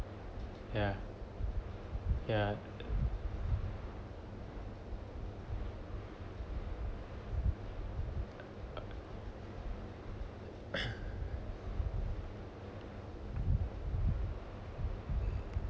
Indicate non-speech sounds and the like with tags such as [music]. ya ya [noise] [noise] [coughs]